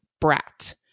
brat